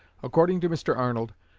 according to mr. arnold,